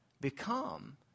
become